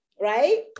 right